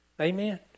amen